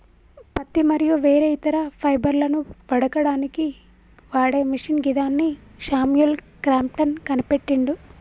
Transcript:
పత్తి మరియు వేరే ఇతర ఫైబర్లను వడకడానికి వాడే మిషిన్ గిదాన్ని శామ్యుల్ క్రాంప్టన్ కనిపెట్టిండు